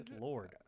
Lord